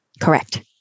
Correct